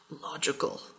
logical